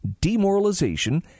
demoralization